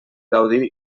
gaudir